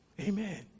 Amen